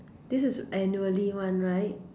this is annually one right